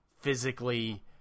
physically